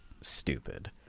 stupid